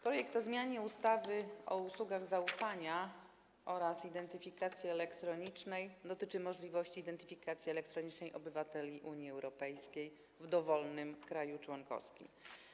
Projekt ustawy o zmianie ustawy o usługach zaufania oraz identyfikacji elektronicznej dotyczy możliwości identyfikacji elektronicznej obywateli Unii Europejskiej w dowolnym kraju członkowskim.